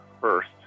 First